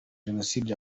jenoside